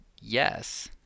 yes